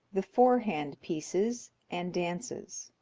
the four-hand pieces and dances.